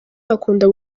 bakunda